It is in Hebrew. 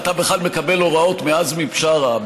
אתה בכלל מקבל הוראות מעזמי בשארה,